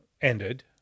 ended